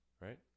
right